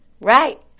Right